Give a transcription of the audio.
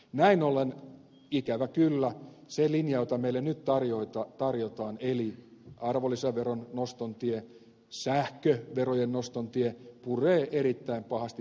näin ollen ikävä kyllä se linja jota meille nyt tarjotaan eli arvonlisäveron noston tie sähköverojen noston tie puree erittäin pahasti pienituloisiin kansalaisiin